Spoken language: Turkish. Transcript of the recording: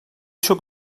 çok